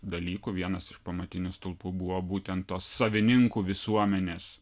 dalykų vienas iš pamatinių stulpų buvo būtent tos savininkų visuomenės